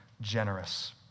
generous